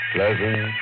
Pleasant